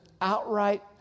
outright